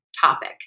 topic